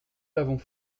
l’avons